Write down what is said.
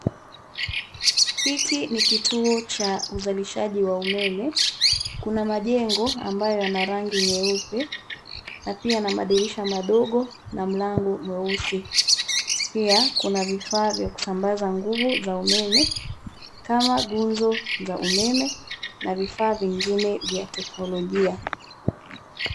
Hiki ni kituo cha uzalishaji wa umeme, kuna majengo ambayo yana rangi nyeupe, na pia na madirisha madogo, na mlango mweusi, pia kuna vifaa vya kusambaza nguvu za umeme, kama nguzo, za umeme, na vifaa vingine vya teknolojia.